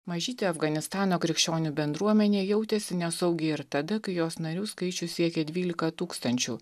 mažytė afganistano krikščionių bendruomenė jautėsi nesaugiai ir tada kai jos narių skaičius siekė dvylika tūkstančių